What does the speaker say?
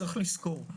צריך לזכור,